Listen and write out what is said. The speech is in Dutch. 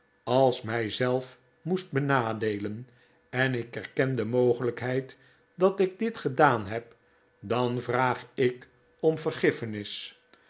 als mij zelf moest benadeelen en ik erken de mogelijkheid dat ik dit gedaan heb dan vraag ik om vergiffenis